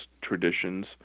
traditions